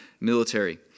military